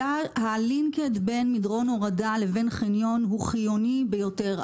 ה-Linked בין מדרון הורדה לבין חניון הוא חיוני ביותר,